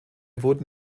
wurden